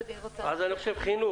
אז אני חושב שגם חינוך.